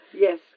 Yes